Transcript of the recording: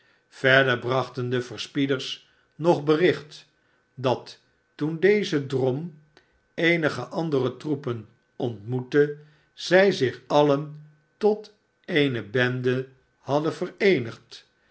verder brachten de verspieders nog bericht dat toen deze drom eenige andere troepen ontmoette zij zich alien tot eene bende hadden vereenigd